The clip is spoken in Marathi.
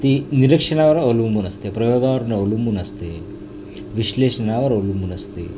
ती निरीक्षणावर अवलंबून असते प्रयोगावर अवलंबून असते विश्लेषणावर अवलंबून असते